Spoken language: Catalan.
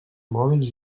mòbils